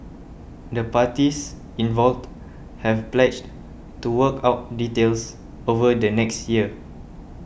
the parties involved have pledged to work out details over the next year